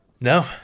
No